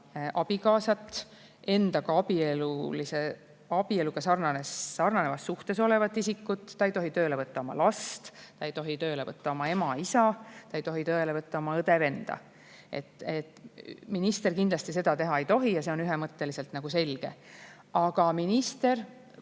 abikaasat, endaga abieluga sarnanevas suhtes olevat isikut, ta ei tohi tööle võtta oma last, ta ei tohi tööle võtta oma ema, isa, ta ei tohi tööle võtta oma õde, venda. Minister kindlasti seda teha ei tohi ja see on ühemõtteliselt selge. Aga minister